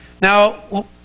now